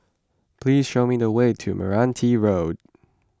please show me the way to Meranti Road